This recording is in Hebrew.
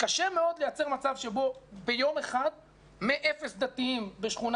קשה מאוד לייצר מצב שבו ביום אחד מאפס דתיים בשכונה